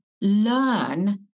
learn